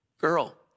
girl